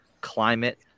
climate